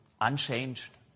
unchanged